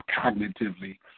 cognitively